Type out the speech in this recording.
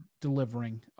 delivering